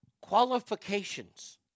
qualifications